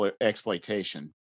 exploitation